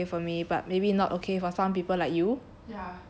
I think is okay for me but maybe not okay for some people like you